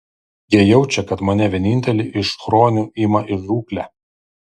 jie jaučia kad mane vienintelį iš chronių ima į žūklę